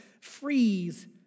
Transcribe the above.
freeze